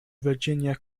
virginia